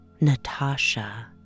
Natasha